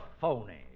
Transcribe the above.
phony